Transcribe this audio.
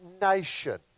nation